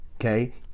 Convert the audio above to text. okay